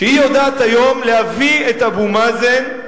שהיא יודעת היום להביא את אבו מאזן,